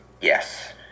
Yes